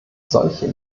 solcher